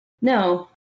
No